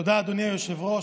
תודה, אדוני היושב-ראש.